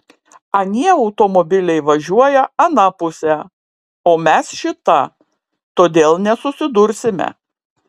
anie automobiliai važiuoja ana puse o mes šita todėl nesusidursime